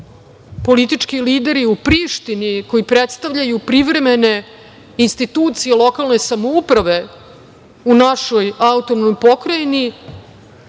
politički lideri u Prištini koji predstavljaju privremene institucije lokalne samouprave u našoj AP i